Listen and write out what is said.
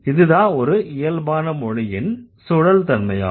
இதுதான் ஒரு இயல்பான மொழியின் சுழல் தன்மையாகும்